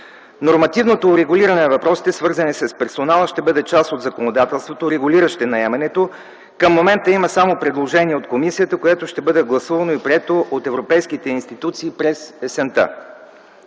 Нормативното урегулиране на въпросите, свързани с персонала, ще бъде част от законодателството, регулиращо наемането. Към момента има само предложение от комисията, което ще бъде гласувано и прието от европейските институции през есента.